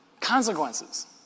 consequences